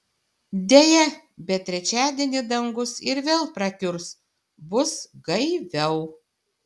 deja bet trečiadienį dangus ir vėl prakiurs bus gaiviau